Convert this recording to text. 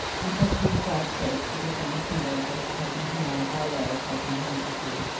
and sir hugh vouchsafed to give one finger to his cousin harry by way of shaking hands with him.